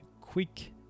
quick